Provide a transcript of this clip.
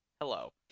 Hello